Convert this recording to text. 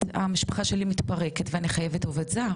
המשפחה שלי מתפרקת ואני חייבת עובד זר,